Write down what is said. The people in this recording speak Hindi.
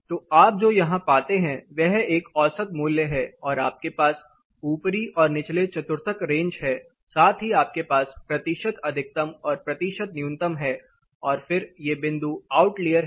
तो आप जो यहां पाते हैं वह एक औसत मूल्य है और आपके पास ऊपरी और निचले चतुर्थक रेंज हैं साथ ही आपके पास प्रतिशत अधिकतम और प्रतिशत न्यूनतम है और फिर ये बिंदु आउटलियर हैं